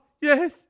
yes